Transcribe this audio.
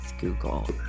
Google